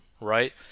right